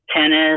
tennis